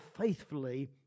faithfully